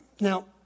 Now